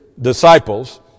disciples